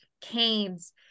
canes